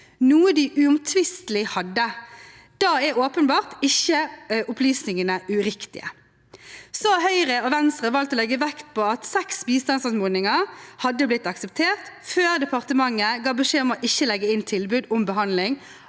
noe de uomtvistelig hadde. Da er åpenbart ikke opplysningene uriktige. Så har Høyre og Venstre valgt å legge vekt på at seks bistandsanmodninger hadde blitt akseptert før departementet ga beskjed om ikke å legge inn tilbud om behandling